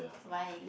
why